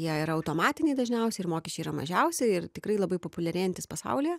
jie yra automatiniai dažniausiai ir mokesčiai yra mažiausi ir tikrai labai populiarėjantys pasaulyje